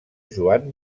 joan